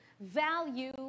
value